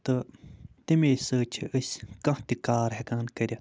تہٕ تٔمی سۭتۍ چھِ أسۍ کانٛہہ تِہ کار ہٮ۪کان کٔرِتھ